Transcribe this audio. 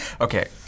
Okay